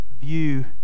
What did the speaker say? view